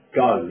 go